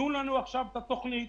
אז תנו לנו עכשיו את התוכנית,